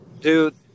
Dude